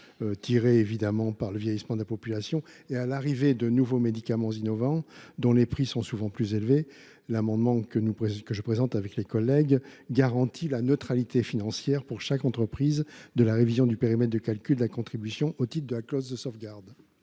tirée notamment par le vieillissement de la population, et à l’arrivée de nouveaux médicaments innovants, dont les prix sont souvent plus élevés, le présent amendement vise à garantir la neutralité financière, pour chaque entreprise, de la révision du périmètre de calcul de la contribution au titre de la clause de sauvegarde.